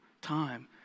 time